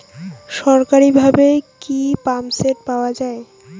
সরকারিভাবে কি পাম্পসেট পাওয়া যায়?